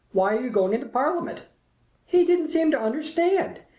why are you going into parliament he didn't seem to understand.